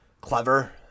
clever